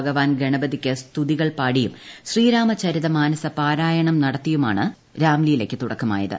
ഭഗവാൻ ഗണപതിയ്ക്കു സ്തുതികൾ പാടിയും ശ്രീ രാമചരിതമാനസ പാരായണം നടത്തിയുമാണ് രാംലീലയ്ക്കു തുടക്കമായത്